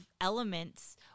elements